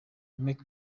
mike